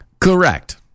Correct